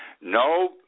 No